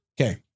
Okay